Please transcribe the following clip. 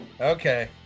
Okay